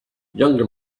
younger